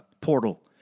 portal